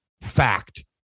Fact